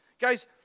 Guys